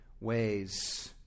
ways